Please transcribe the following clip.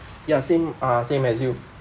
ya same uh same as you